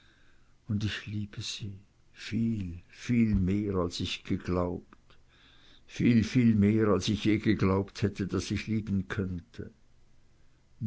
und ich liebe sie viel viel mehr als ich geglaubt habe viel viel mehr als ich je geglaubt hätte daß ich lieben könnte